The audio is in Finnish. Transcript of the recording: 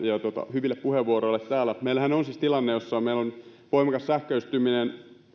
hyville puheenvuoroille täällä meillähän on siis tilanne jossa meillä on voimakas sähköistyminen